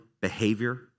behavior